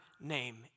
name